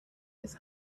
his